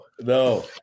no